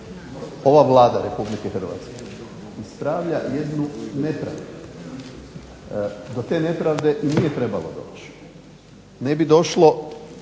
ova Vlada RH ispravlja jednu nepravdu, do te nepravde i nije trebalo doći, ne bi došlo